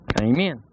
Amen